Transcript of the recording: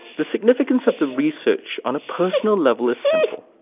the significance of the research on a personal level is simple.